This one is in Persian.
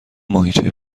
ماهیچه